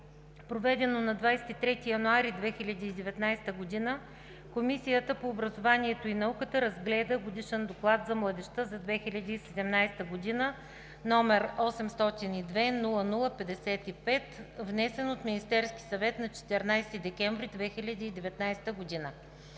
проведено на 23 януари 2019 г., Комисията по образованието и науката разгледа Годишен доклад за младежта за 2017 г., № 802-00-55, внесен от Министерския съвет на 14 декември 2019 г.